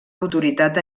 autoritat